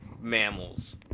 mammals